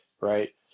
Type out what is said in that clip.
right